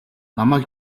намайг